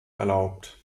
erlaubt